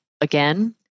again